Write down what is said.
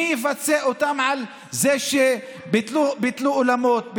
מי יפצה אותם על זה שביטלו אולמות,